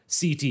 CT